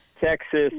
Texas